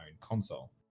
console